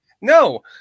No